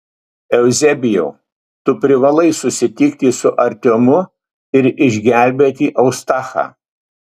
euzebijau tu privalai susitikti su artiomu ir išgelbėti eustachą